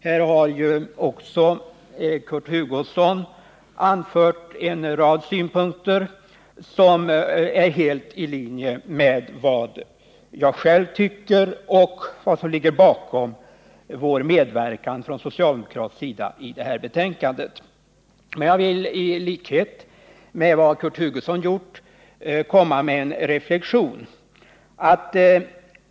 Här har också Kurt Hugosson anfört en rad synpunkter som är helt i linje med vad jag själv tycker och vad som ligger bakom vår medverkan från socialdemokratisk sida i det här betänkandet. Men jag vill, i likhet med Kurt Hugosson, komma med en reflexion.